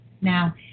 Now